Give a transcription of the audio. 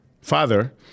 father